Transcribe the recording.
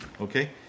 okay